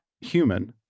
human